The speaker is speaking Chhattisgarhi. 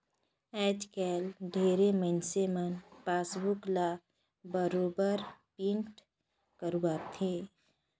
आयज कायल ढेरे मइनसे मन पासबुक ल बरोबर पिंट करवाथे